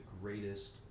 greatest